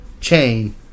chain